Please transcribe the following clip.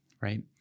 right